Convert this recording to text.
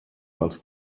pels